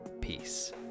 peace